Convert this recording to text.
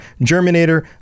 Germinator